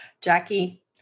Jackie